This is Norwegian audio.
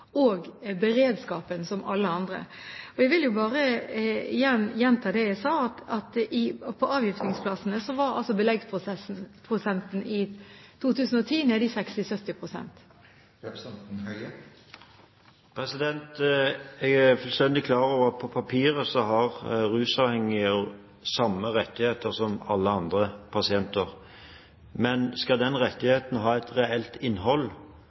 og beredskapen som alle andre. Jeg vil bare igjen gjenta det jeg sa, at når det gjelder beleggsprosenten på avgiftningsplassene i 2010, var den nede i 60–70. Jeg er fullstendig klar over at på papiret har rusavhengige samme rettigheter som alle andre pasienter. Men skal den rettigheten ha et reelt innhold,